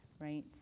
right